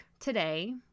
Today